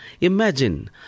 imagine